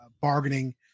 bargaining